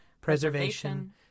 preservation